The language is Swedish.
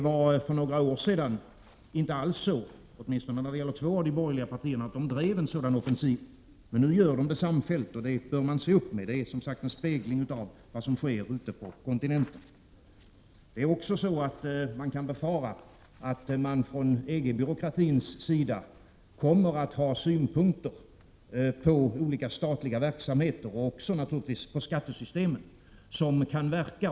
För några år sedan — det gäller åtminstone två av de borgerliga partierna — var det inte fråga om någon sådan här offensiv. Men nu tar man samfällt till offensiven. Det bör vi se upp med. Det här är, som sagt, en spegling av vad som sker ute på kontinenten. Vidare är det att befara att man från EG-byråkratins sida kommer att ha synpunkter på olika statliga verksamheter och, självfallet, också på skattesystemen.